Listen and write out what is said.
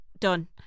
Done